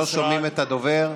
לא שומעים את הדובר.